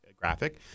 graphic